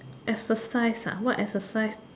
exercise ah what exercise